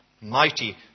Mighty